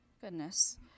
goodness